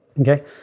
Okay